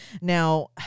now